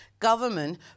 Government